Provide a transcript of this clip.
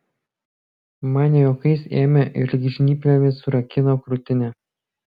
man ne juokais ėmė ir lyg žnyplėmis surakino krūtinę